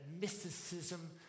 mysticism